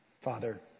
Father